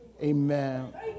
Amen